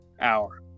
hour